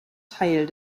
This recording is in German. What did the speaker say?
teil